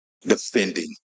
defending